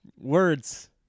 words